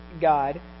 God